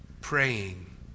praying